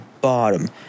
bottom